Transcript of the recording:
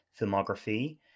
filmography